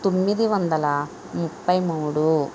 తొమ్మిది వందల ముప్పై మూడు